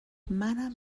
منم